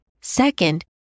Second